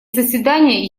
заседание